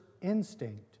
instinct